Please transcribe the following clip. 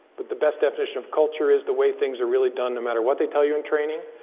but the best definition of culture is the way things are really done, no matter what they tell you in training.